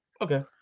okay